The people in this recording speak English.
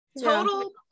total